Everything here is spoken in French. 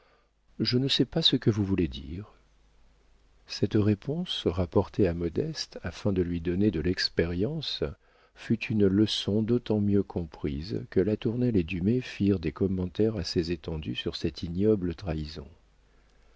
je ne sais pas ce que vous voulez dire cette réponse rapportée à modeste afin de lui donner de l'expérience fut une leçon d'autant mieux comprise que latournelle et dumay firent des commentaires assez étendus sur cette ignoble trahison